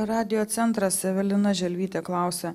radijo centras evelina želvytė klausia